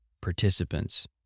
participants